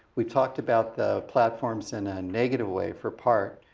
we talked about the platforms in a negative way for part,